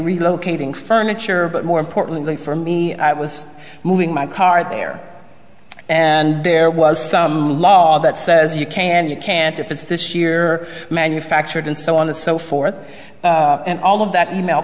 relocating furniture but more importantly for me i was moving my car there and there was some law that says you can you can't if it's this year manufactured and so on the so forth and all of that e mail